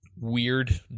weird